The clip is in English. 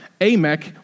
AMEC